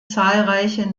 zahlreiche